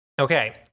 Okay